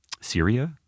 Syria